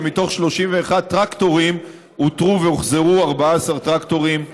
ומתוך 31 טרקטורים אותרו והוחזרו 14 טרקטורים לבעליהם.